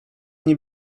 nie